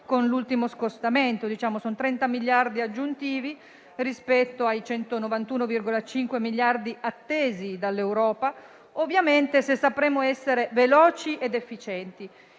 con l'ultimo scostamento (sono 30 miliardi aggiuntivi rispetto ai 191,5 miliardi attesi dall'Europa). Ovviamente dovremo saper essere veloci ed efficienti.